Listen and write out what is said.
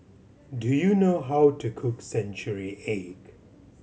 do you know how to cook century egg